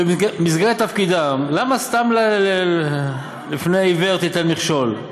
ובמסגרת תפקידם, למה סתם, לפני עיוור תיתן מכשול?